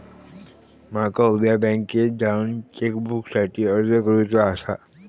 माका उद्या बँकेत जाऊन चेक बुकसाठी अर्ज करुचो आसा